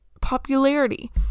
popularity